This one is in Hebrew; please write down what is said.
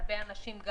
הרבה אנשים,